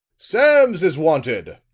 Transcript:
sams is wanted!